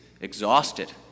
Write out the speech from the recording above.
exhausted